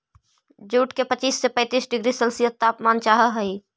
jute के पच्चीस से पैंतीस डिग्री सेल्सियस तापमान चाहहई